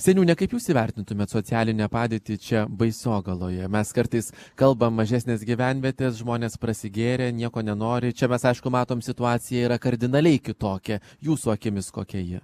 seniūne kaip jūs įvertintumėt socialinę padėtį čia baisogaloje mes kartais kalb mažesnės gyvenvietės žmonės prasigėrę nieko nenori čia mes aišku matom situacija yra kardinaliai kitokia jūsų akimis kokia ji